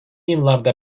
yıllarda